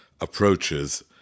approaches